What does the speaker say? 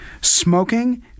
Smoking